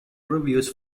reviews